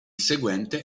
seguente